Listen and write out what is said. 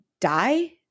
die